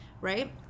Right